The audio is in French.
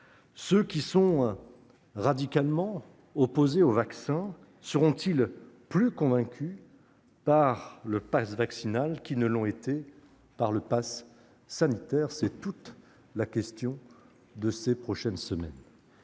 Ceux qui sont radicalement opposés au vaccin seront-ils plus convaincus par le passe vaccinal qu'ils ne l'ont été par le passe sanitaire ? C'est la question qui se posera